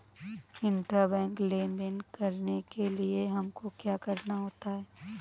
Intrabank लेन देन करने के लिए हमको क्या करना होता है?